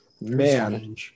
Man